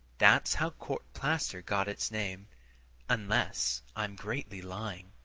that's how court-plaster got its name unless i'm greatly lying.